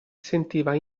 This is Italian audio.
sentiva